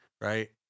right